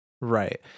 Right